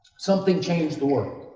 something changed the world.